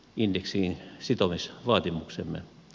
indeksiin sitovissa vaatimuksemme